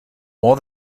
more